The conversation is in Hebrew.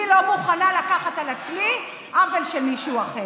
אני לא מוכנה לקחת על עצמי עוול של מישהו אחר.